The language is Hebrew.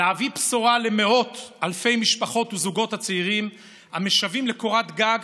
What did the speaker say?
להביא בשורה למאות אלפי משפחות וזוגות צעירים המשוועים לקורת גג